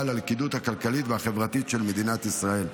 על הלכידות הכלכלית והחברתית של מדינת ישראל.